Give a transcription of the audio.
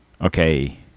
Okay